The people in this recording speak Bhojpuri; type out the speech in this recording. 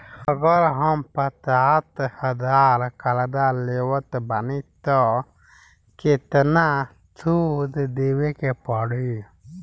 अगर हम पचास हज़ार कर्जा लेवत बानी त केतना सूद देवे के पड़ी?